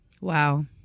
Wow